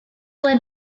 led